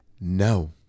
no